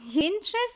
interest